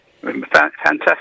Fantastic